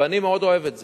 אבל אני מאוד אוהב את זה,